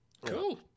Cool